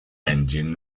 engine